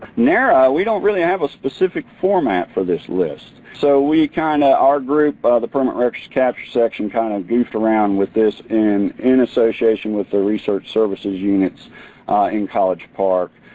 nara, we don't really have a specific format for this list so we kind of, our group, the permanent records capture section, kind of goof around with this and in association with the research services units in college park,